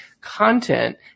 content